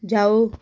ਜਾਓ